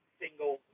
single